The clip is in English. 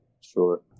Sure